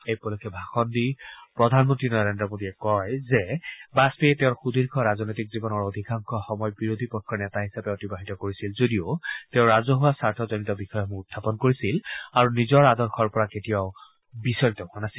এই উপলক্ষে ভাষণ দি প্ৰধানমন্ত্ৰী নৰেন্দ্ৰ মোদীয়ে কয় যে বাজপেয়ীয়ে তেওঁৰ সুদীৰ্ঘ ৰাজনৈতিক জীৱনৰ অধিকাংশ সময় বিৰোধী পক্ষৰ নেতা হিচাপে অতিবাহিত কৰিছিল যদিও তেওঁ ৰাজহুৱা স্বাৰ্থজনিত বিষয়সমূহ উখাপন কৰিছিল আৰু নিজৰ আদৰ্শৰ পৰা কেতিয়াও বিচলিত হোৱা নাছিল